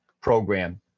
program